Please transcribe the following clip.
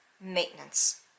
maintenance